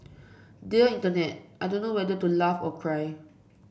dear Internet I don't know whether to laugh or cry